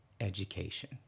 education